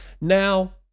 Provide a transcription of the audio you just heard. Now